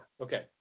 Okay